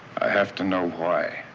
i have to know why.